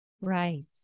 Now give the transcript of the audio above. Right